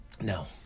no